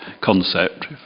concept